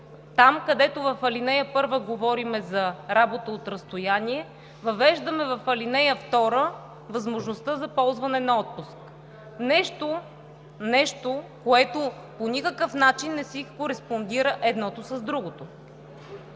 там, където в ал. 1 говорим за работа от разстояние, въвеждаме в ал. 2 възможността за ползване на отпуск. Нещо, което по никакъв начин не си кореспондира – едното с другото.